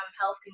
health